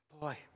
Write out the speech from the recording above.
Boy